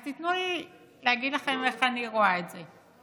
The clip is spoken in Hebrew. אז תיתנו לי להגיד איך אני רואה את זה.